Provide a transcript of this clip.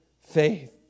faith